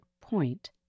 point